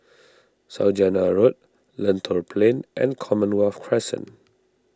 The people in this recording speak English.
Saujana Road Lentor Plain and Commonwealth Crescent